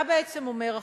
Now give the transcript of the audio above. מה בעצם אומר החוק?